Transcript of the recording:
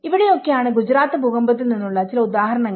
ഇവയൊക്കെയാണ് ഗുജറാത്ത് ഭൂകമ്പത്തിൽ നിന്നുള്ള ചില ഉദാഹരണങ്ങൾ